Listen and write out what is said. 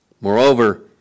Moreover